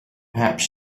perhaps